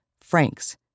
Franks